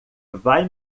vai